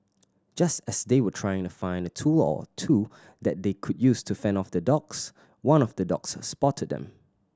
just as they were trying to find a tool or two that they could use to fend off the dogs one of the dogs spotted them